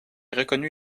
reconnu